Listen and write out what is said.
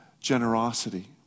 generosity